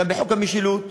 גם בחוק המשילות,